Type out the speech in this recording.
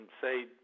say